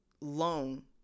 loan